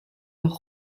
leur